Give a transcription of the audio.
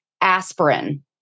aspirin